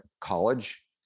college